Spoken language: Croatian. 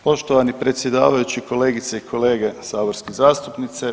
Poštovani predsjedavajući, kolegice i kolege saborski zastupnice.